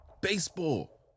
Baseball